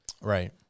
Right